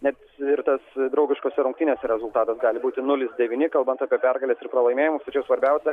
net ir tas draugiškose rungtynėse rezultatas gali būti nulis devyni kalbant apie pergales ir pralaimėjimus tačiau svarbiausia